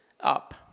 up